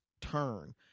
turn